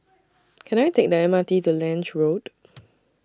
Can I Take The M R T to Lange Road